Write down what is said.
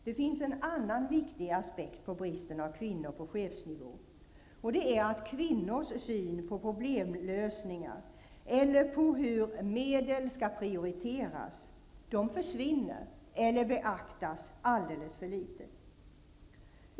Det finns en annan viktig aspekt på bristen på kvinnor på chefsnivå: Kvinnors syn på problemlösningar, eller på hur medel skall prioriteras, försvinner eller beaktas alldeles för litet.